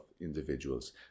individuals